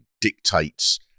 dictates